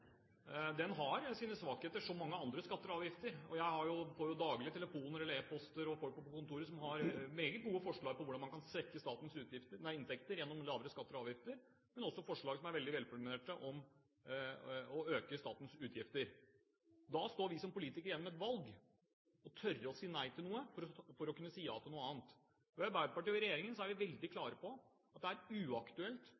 Den har sine svakheter som mange andre skatter og avgifter. Jeg får daglig telefoner, e-poster og folk på kontoret som har meget gode forslag til hvordan man kan svekke statens inntekter gjennom lavere skatter og avgifter, men også forslag som er veldig velfunderte med hensyn til å øke statens utgifter. Da står vi som politikere igjen med et valg: å tørre å si nei til noe for å kunne si ja til noe annet. I Arbeiderpartiet og regjeringen er vi veldig